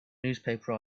newspaper